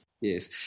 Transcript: Yes